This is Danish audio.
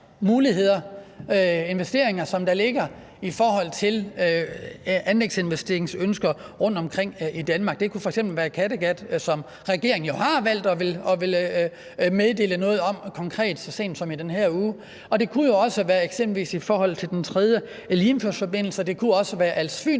muligheder, investeringer, som der ligger i forhold til anlægsinvesteringsønsker rundtomkring i Danmark. Det kunne f.eks. være Kattegat, som regeringen jo har valgt at ville meddele noget om – konkret så sent som i den her uge. Det kunne også være eksempelvis i forhold til den tredje Limfjordsforbindelse, og det kunne være